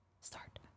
start